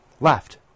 left